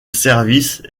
service